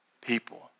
People